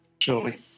Surely